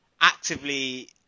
actively